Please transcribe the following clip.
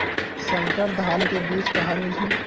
संकर धान के बीज कहां मिलही?